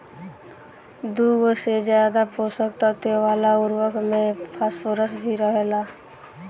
दुगो से ज्यादा पोषक तत्व वाला उर्वरक में फॉस्फोरस भी रहेला